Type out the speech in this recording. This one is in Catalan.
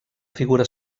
figura